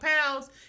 pounds